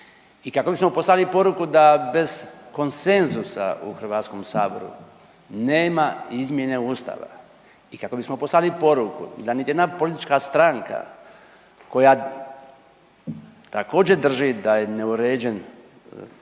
i kako bismo poslali poruku da bez konsenzusa u HS nema izmjene ustav i kako bismo poslali poruku da niti jedna politička stranka koja također drži da je neuređen